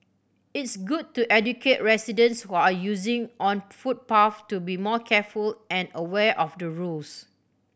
it's good to educate residents who are using on footpath to be more careful and aware of the rules